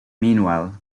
meanwhile